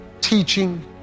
teaching